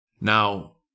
Now